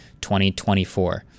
2024